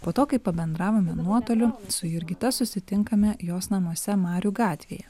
po to kai pabendravome nuotoliu su jurgita susitinkame jos namuose marių gatvėje